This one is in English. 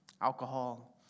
alcohol